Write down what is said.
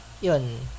yun